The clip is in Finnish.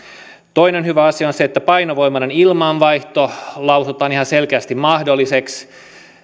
toinen hyvä asia on se että painovoimainen ilmanvaihto lausutaan ihan selkeästi mahdolliseksi